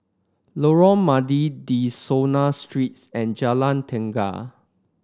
Lorong Mydin De Souza Streets and Jalan Tenaga